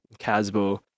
Casbo